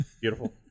Beautiful